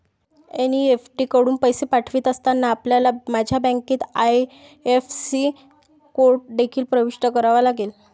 NEFT कडून पैसे पाठवित असताना, आपल्याला माझ्या बँकेचा आई.एफ.एस.सी कोड देखील प्रविष्ट करावा लागेल